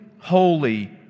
holy